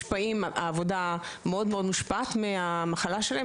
העבודה מאוד מושפעת מהמחלה שלהם,